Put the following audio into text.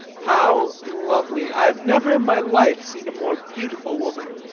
how lovely! i have never in my life seen a more beautiful woman.